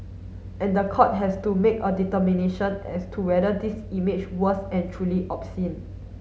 and the court has to make a determination as to whether this image was and truly obscene